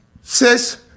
Sis